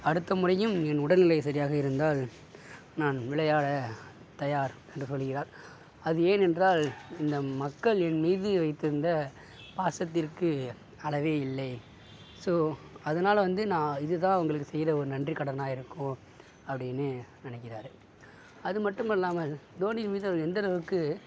அடுத்த முறையும் என் உடல்நிலை சரியாக இருந்தால் நான் விளையாட தயார் என்று சொல்லுகிறார் அது ஏன் என்றால் இந்த மக்கள் என் மீது வைத்திருந்த பாசத்திற்கு அளவே இல்லை ஸோ அதனால் வந்து நான் இது தான் அவங்களுக்கு செய்கிற ஒரு நன்றி கடனாக இருக்கும் அப்படீன்னு நினைக்கிறாரு அது மட்டும் அல்லாமல் தோனி மீது அவர்கள் எந்தளவுக்கு